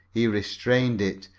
he restrained it,